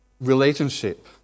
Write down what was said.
Relationship